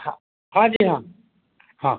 हाँ हाँ जी हाँ हाँ